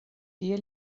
kie